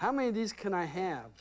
how many of these can i have